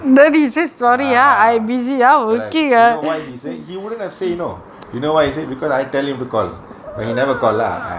ah correct you know why he say he wouldn't have said no you know why say because I tell him to call but he never call lah